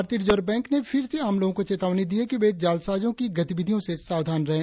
भारतीय reserve bank ने फिर से आम लोगों को चेतावनी दी है कि वे जालसाजों की गतिविधियों से सावधान रहें